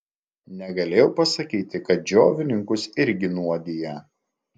negalėjau pasakyti kad džiovininkus irgi nuodija